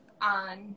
on